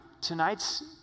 tonight's